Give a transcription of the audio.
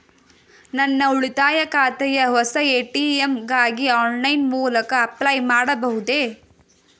ನನ್ನ ಉಳಿತಾಯ ಖಾತೆಯ ಹೊಸ ಎ.ಟಿ.ಎಂ ಗಾಗಿ ಆನ್ಲೈನ್ ಮೂಲಕ ಅಪ್ಲೈ ಮಾಡಬಹುದೇ?